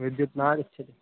विद्युत् नागच्छति